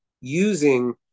using